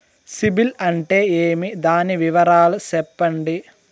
సిబిల్ అంటే ఏమి? దాని వివరాలు సెప్పండి?